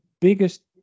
biggest